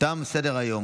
תם סדר-היום.